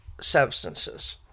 substances